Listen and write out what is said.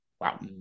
wow